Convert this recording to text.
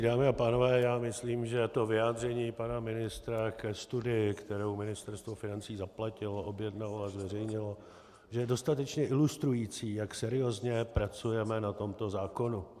Dámy a pánové, já myslím, že to vyjádření pana ministra ke studii, kterou Ministerstvo financí zaplatilo, objednalo a zveřejnilo, je dostatečně ilustrující, jak seriózně pracujeme na tomto zákonu.